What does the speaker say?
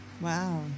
Wow